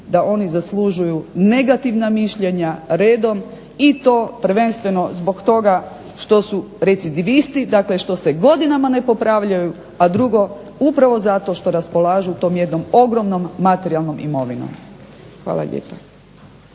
da oni zaslužuju negativna mišljenja redom i to prvenstveno zbog toga što su recidivisti, što se godinama ne popravljaju, a drugo upravo zato što raspolažu tom jednom ogromnom materijalnom imovinom. Hvala lijepa.